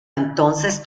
entonces